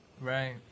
Right